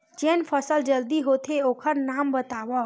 जेन फसल जल्दी होथे ओखर नाम बतावव?